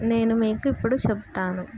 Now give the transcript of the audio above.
నేను మీకు ఇప్పుడు చెప్తాను